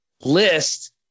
List